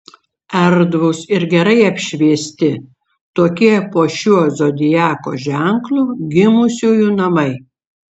erdvūs ir gerai apšviesti tokie po šiuo zodiako ženklu gimusiųjų namai